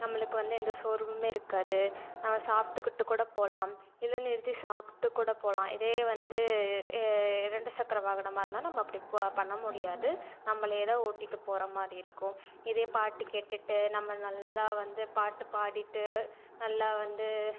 நம்மளுக்கு வந்து எந்த சோர்வுமே இருக்காது நம்ம சாப்பிட்டுக்கிட்டு கூட போகலாம் இல்லை நிறுத்தி சாப்பிட்டு கூட போகலாம் இதே வந்து இரண்டு சக்கர வாகனமாக இருந்தால் நம்ம அப்படி ப பண்ண முடியாது நம்மளே தான் ஓட்டிகிட்டுப் போகிற மாதிரி இருக்கும் இதே பாட்டு கேட்டுகிட்டு நம்ம நல்லா வந்து பாட்டு பாடிவிட்டு நல்லா வந்து